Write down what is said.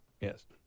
Yes